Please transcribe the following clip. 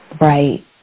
Right